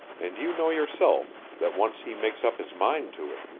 and you know yourself that once he makes up his mind to it,